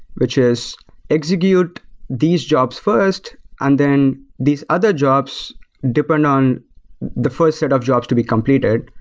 which is execute these jobs first and then these other jobs depend on the first set of jobs to be completed.